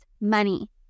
money